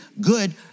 good